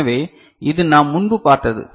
எனவே இது நாம் முன்பு பார்த்தது